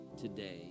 today